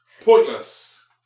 Pointless